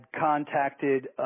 contacted –